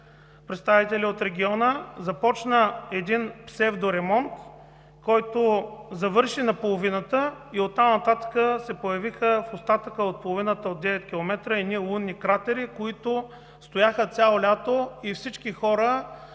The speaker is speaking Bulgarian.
представители от региона, един псевдоремонт, който завърши наполовина, и оттам нататък в остатъка от половината от 9 км се появиха едни лунни кратери, които стояха цяло лято. Всички хора